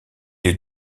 est